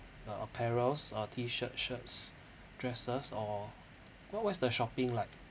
the apparels uh tee shirt shirts dresses or what what's the shopping like